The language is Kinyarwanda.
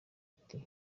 ati